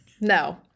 No